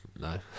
No